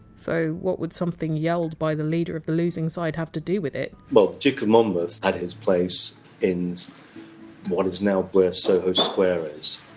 so what would something yelled by the leader of the losing side have to do with it? the duke of monmouth had his place in what is now where soho square is.